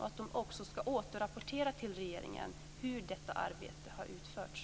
De skall också återrapportera till regeringen hur detta arbete har utförts.